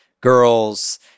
girls